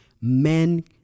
Men